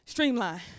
Streamline